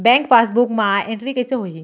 Bank passbook मा entry कइसे होही?